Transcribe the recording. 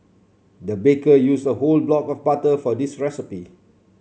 the baker used a whole block of butter for this recipe